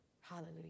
Hallelujah